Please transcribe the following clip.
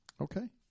Okay